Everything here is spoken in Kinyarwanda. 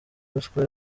ruswa